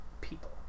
people